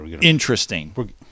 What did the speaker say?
Interesting